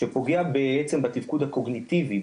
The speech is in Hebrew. שפוגעות בעצם בתפקוד הקוגניטיבי,